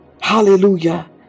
hallelujah